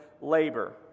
labor